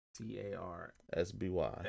T-A-R-S-B-Y